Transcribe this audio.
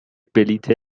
بلیت